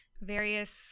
various